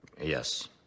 Yes